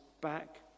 back